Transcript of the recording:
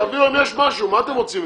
תביאו אם יש משהו, מה אתם רוצים ממני.